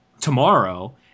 tomorrow